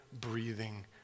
breathing